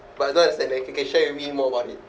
but as long as you can share with me more about it